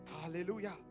Hallelujah